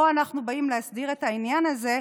פה אנחנו באים להסדיר את העניין הזה,